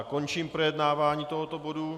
Končím projednávání tohoto bodu.